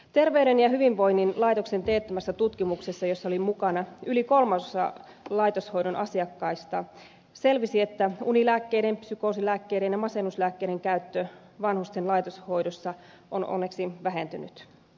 terveyden ja hyvinvoinnin laitoksen teettämässä tutkimuksessa jossa oli mukana yli kolmasosa laitoshoidon asiakkaista selvisi että unilääkkeiden psykoosilääkkeiden ja masennuslääkkeiden käyttö vanhusten laitoshoidossa on onneksi vähentynyt